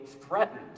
threatened